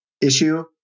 issue